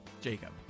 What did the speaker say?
Jacob